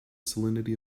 salinity